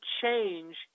change